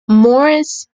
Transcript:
morris